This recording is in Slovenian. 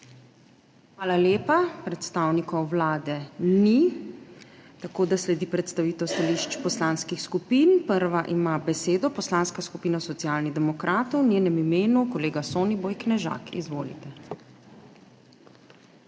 Hvala lepa. Predstavnikov Vlade ni, tako da sledi predstavitev stališč poslanskih skupin. Prva ima besedo Poslanska skupina Socialnih demokratov, v njenem imenu kolega Soniboj Knežak. Izvolite.